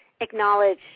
acknowledge